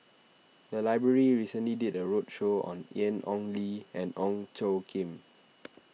the library recently did a roadshow on Ian Ong Li and Ong Tjoe Kim